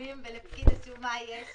ימים ולפקיד השומה יש